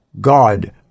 God